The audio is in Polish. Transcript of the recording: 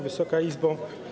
Wysoka Izbo!